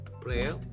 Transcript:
Prayer